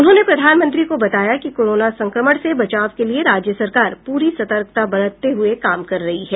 उन्होंने प्रधानमंत्री को बताया कि कोरोना संक्रमण से बचाव के लिए राज्य सरकार पूरी सतर्कता बरतते हुए काम कर रही है